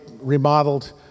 remodeled